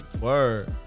Word